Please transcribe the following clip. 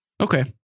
Okay